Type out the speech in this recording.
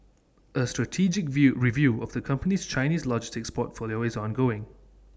A strategic view review of the company's Chinese logistics portfolio is ongoing